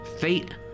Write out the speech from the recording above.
fate